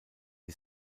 die